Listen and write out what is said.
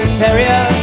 terrier